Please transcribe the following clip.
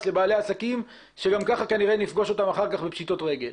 לבעלי העסקים שגם כך כנראה נפגוש אותם אחר כך בפשיטות רגל.